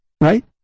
right